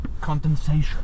condensation